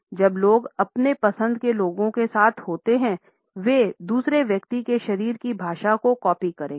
जब लोग अपने पसंद के लोगों के साथ होते हैं वे दूसरे व्यक्ति के शरीर की भाषा को कॉपी करेंगे